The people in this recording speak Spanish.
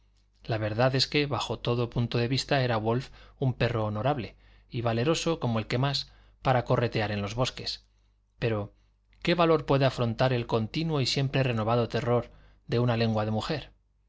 la verdad es que bajo todo punto de vista era wolf un perro honorable y valeroso como el que más para corretear en los bosques pero qué valor puede afrontar el continuo y siempre renovado terror de una lengua de mujer